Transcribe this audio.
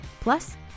Plus